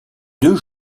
deux